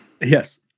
Yes